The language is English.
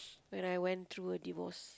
when I went through a divorce